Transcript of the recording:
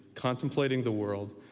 contemplating the world,